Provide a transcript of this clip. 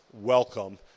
Welcome